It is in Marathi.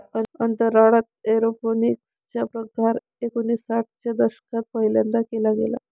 अंतराळात एरोपोनिक्स चा प्रकार एकोणिसाठ च्या दशकात पहिल्यांदा केला गेला